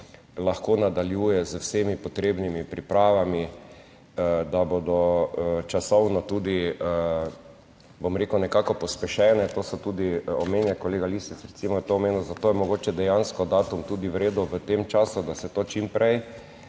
lahko nadaljuje z vsemi potrebnimi pripravami, da bodo časovno tudi, bom rekel, nekako pospešene. To se tudi omenja, kolega Lisec, recimo, je to omenil, zato je mogoče dejansko datum tudi v redu, v tem času, da se to čim prej